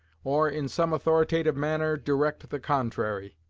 or, in some authoritative manner, direct the contrary.